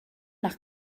nach